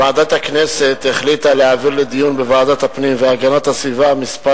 ועדת הכנסת החליטה להעביר לדיון בוועדת הפנים והגנת הסביבה מספר